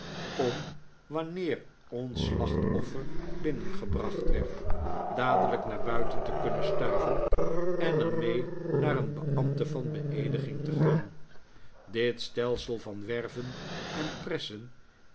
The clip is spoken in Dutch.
om wanneer ons slachtoffer binnengebracht werd dadelijk naar buiten te kunnen stuiven en er mee naar een beambte van beeedigingte gaan dit stelsel van werven en pressen